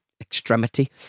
extremity